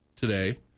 today